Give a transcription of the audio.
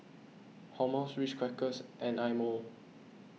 Hormel Ritz Crackers and Eye Mo